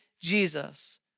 Jesus